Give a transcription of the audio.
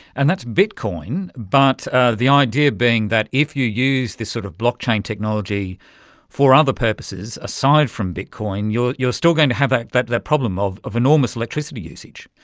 and that's bitcoin, but ah the idea being that if you use this sort of blockchain technology for other purposes aside from bitcoin, you're you're still going to have ah that that problem of of enormous electricity usage.